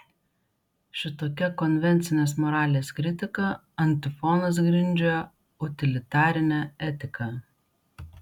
šitokia konvencinės moralės kritika antifonas grindžia utilitarinę etiką